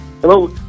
Hello